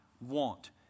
want